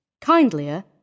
Kindlier